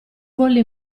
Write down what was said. volli